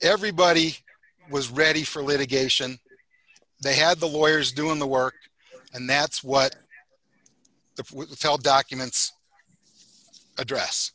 everybody was ready for litigation they had the lawyers doing the work and that's what the tell documents address